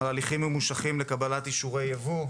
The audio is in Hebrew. על ההליכים ממושכים לקבלת אישורי יבוא,